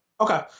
Okay